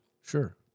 Sure